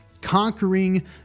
conquering